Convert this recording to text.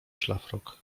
szlafrok